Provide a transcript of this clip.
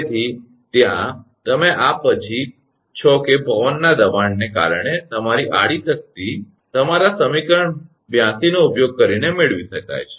તેથી ત્યાં તમે આ પછી છો કે પવનના દબાણને કારણે તમારી આડી શક્તિ તમારા સમીકરણ 82 નો ઉપયોગ કરીને મેળવી શકાય છે